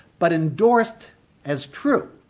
but endorsed as true,